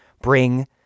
bring